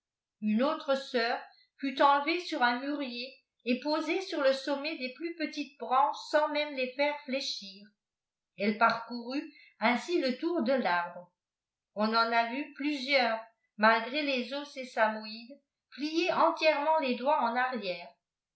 une autre sœvr fut enlevée sur un mûrier et posée sur le sommet des plus petites branches sam même les faire fléchir elle parcourut ainsi le tour de l'arbre on en a vu plu sieurs ma'gré les os sésamoîdes plier entièrement les doigts en arrière